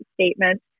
statement